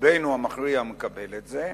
רובנו המכריע מקבל את זה.